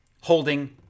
holding